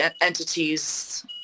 entities